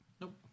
Nope